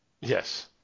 Yes